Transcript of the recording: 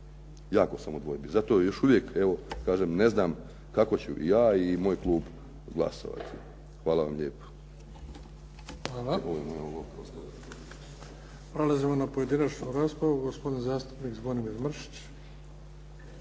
jako sam u dvojbi. Zato još uvijek ne znam kako ću ja i moj klub glasovati. Hvala vam lijepa.